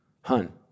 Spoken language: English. hun